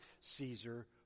Caesar